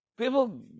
People